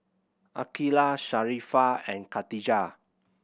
Aqilah Sharifah and Khatijah